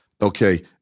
Okay